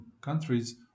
countries